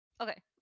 Okay